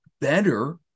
better